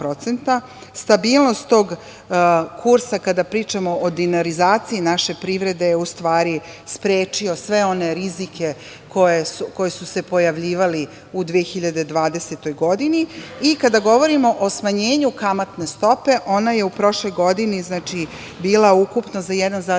Stabilnost tog kursa, kada pričamo o dinarizaciji naše privrede je u stvari sprečio sve one rizike koje su se pojavljivali u 2020. godini. Kada govorimo o smanjenju kamatne stope, ona je u prošloj godini bila ukupno za 1,25%